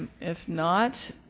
if not,